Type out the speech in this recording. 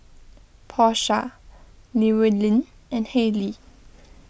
Porsha Llewellyn and Halley